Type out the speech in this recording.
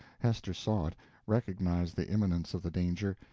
hester saw it, recognized the imminence of the danger,